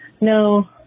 No